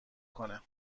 کنه